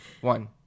One